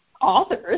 authors